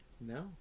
No